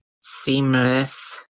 Seamless